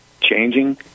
changing